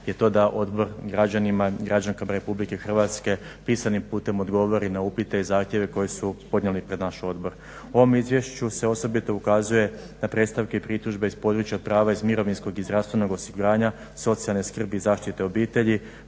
je to da Odbor građanima i građankama Republike Hrvatske pisanim putem odgovori na upite i zahtjeve koje su podnijeli pred naš Odbor. U ovom izvješću se osobito ukazuje na predstavke i pritužbe iz područja prava iz mirovinskog i zdravstvenog osiguranja, socijalne skrbi i zaštite obitelji,